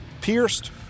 Pierced